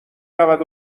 رود